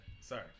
Sorry